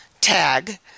tag